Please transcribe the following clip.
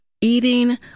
eating